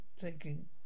taking